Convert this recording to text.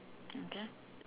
okay